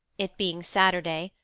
it being saturday,